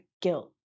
guilt